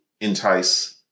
entice